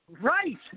Right